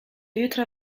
jutra